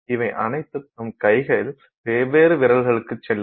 இவை அனைத்தும் நம் கையில் வெவ்வேறு விரலுக்குச் செல்லும்